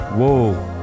Whoa